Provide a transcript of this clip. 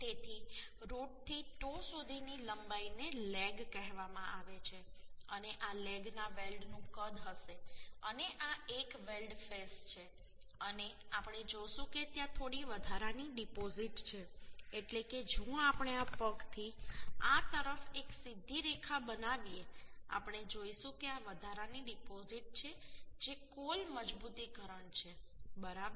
તેથી રુટથી ટો સુધીની લંબાઈને લેગ કહેવામાં આવે છે અને આ લેગ ના વેલ્ડનું કદ હશે અને આ એક વેલ્ડ ફેસ છે અને આપણે જોશું કે ત્યાં થોડી વધારાની ડિપોઝિટ છે એટલે કે જો આપણે આ પગથી આ તરફ એક સીધી રેખા બનાવીએ આપણે જોઈશું કે આ વધારાની ડિપોઝિટ છે જે કોલ મજબૂતીકરણ છે બરાબર